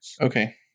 Okay